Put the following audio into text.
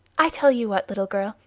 i tell you what, little girl,